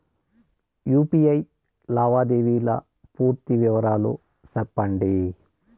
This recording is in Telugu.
యు.పి.ఐ లావాదేవీల పూర్తి వివరాలు సెప్పండి?